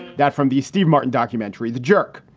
that from the steve martin documentary, the jerk.